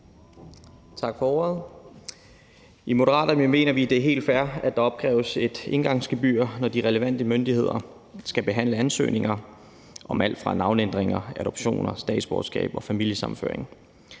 Tak for ordet. I Moderaterne mener vi, det er helt fair, at der opkræves et engangsgebyr, når de relevante myndigheder skal behandle ansøgninger om alt fra navneændringer og adoptioner til statsborgerskab og familiesammenføring.